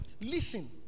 Listen